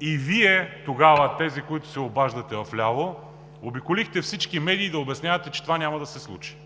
И Вие тогава – тези, които се обаждате от ляво –обиколихте всички медии да обяснявате, че това няма да се случи,